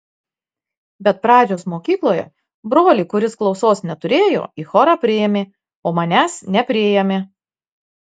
bet pradžios mokykloje brolį kuris klausos neturėjo į chorą priėmė o manęs nepriėmė